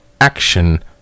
action